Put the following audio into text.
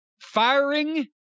firing